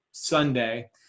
Sunday